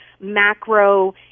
macro